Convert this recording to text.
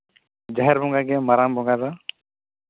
ᱡᱟᱦᱮᱨ ᱵᱚᱸᱜᱟ ᱜᱮ ᱢᱟᱨᱟᱝ ᱵᱚᱸᱜᱟ ᱫᱚ